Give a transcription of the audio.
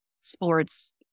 sports